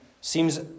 seems